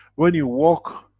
when you walk